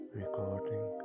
recording